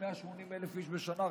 כ-180,000 איש בשנה,